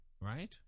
right